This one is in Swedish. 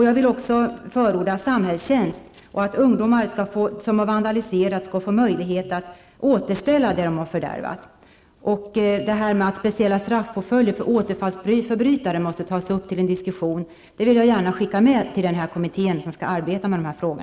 Jag vill också förorda samhällstjänst och att ungdomar som har vandaliserat skall få möjlighet att få återställa det de har fördärvat. Även speciella straffpåföljder för återfallsförbrytare måste tas upp till diskussion. Det vill jag gärna skicka med till den kommitté som skall arbeta med dessa frågor.